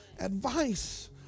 Advice